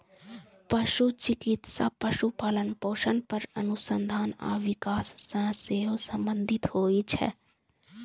पशु चिकित्सा पशुपालन, पोषण पर अनुसंधान आ विकास सं सेहो संबंधित होइ छै